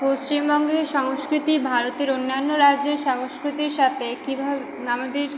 পশ্চিমবঙ্গের সংস্কৃতি ভারতের অন্যান্য রাজ্যের সংস্কৃতির সাথে কীভাবে আমাদের